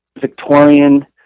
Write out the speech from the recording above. Victorian